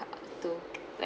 uh to like